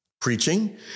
preaching